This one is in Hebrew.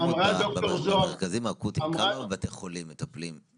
כמו שמכשירים עורכי דין ומשפטנים ולא מחכים לפתוח משרדי עורכי דין.